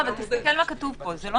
זה לא